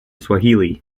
swahili